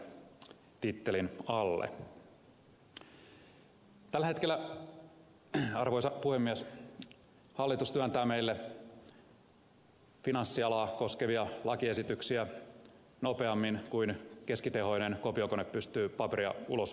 tällä hetkellä arvoisa puhemies hallitus työntää meille finanssialaa koskevia lakiesityksiä nopeammin kuin keskitehoinen kopiokone pystyy paperia ulos suoltamaan